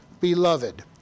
beloved